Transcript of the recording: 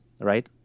right